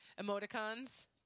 emoticons